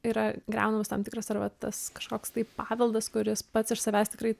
yra griaunamas tam tikras ar va tas kažkoks tai paveldas kuris pats iš savęs tikrai